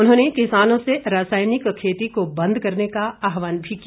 उन्होंने किसानों से रासायनिक खेती को बंद करने का आहवान भी किया